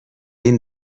این